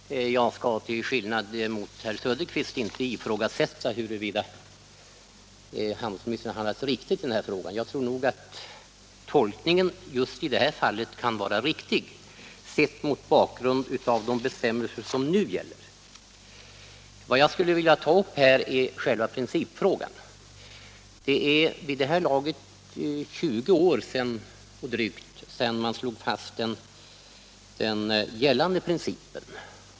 Herr talman! Jag skall till skillnad mot herr Söderqvist inte ifrågasätta huruvida handelsministern handlat riktigt i denna fråga. Jag tror nog att tolkningen just i det här fallet kan vara riktig mot bakgrund av de bestämmelser som nu gäller. Vad jag skulle vilja ta upp är i stället själva principfrågan. Det är vid det här laget drygt 20 år sedan man slog fast den gällande principen.